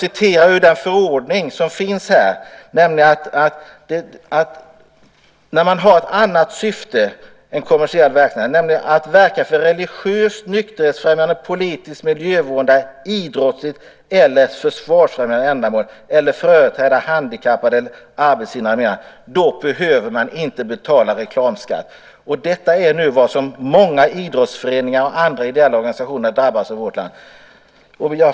I förordningen står det att när man har ett annat syfte än kommersiell verksamhet, nämligen att verka för religiöst, nykterhetsfrämjande, politiskt, miljövårdande, idrottsligt eller försvarsfrämjande ändamål eller företräda handikappade och så vidare behöver man inte betala reklamskatt. Men nu drabbas många idrottsföreningar och andra ideella organisationer i vårt land av detta.